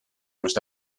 must